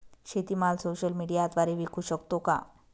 शेतीमाल सोशल मीडियाद्वारे विकू शकतो का?